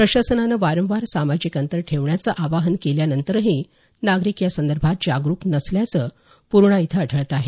प्रशासनानं वारंवार सामाजिक अंतर ठेवण्याचं आवाहन केल्यानंतरही नागरिक या संदर्भात जागरुक नसल्याचं पूर्णा इथं आढळत आहे